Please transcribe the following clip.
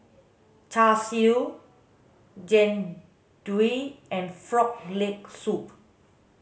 char siu jian dui and frog leg soup